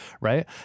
right